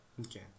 Okay